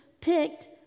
picked